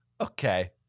Okay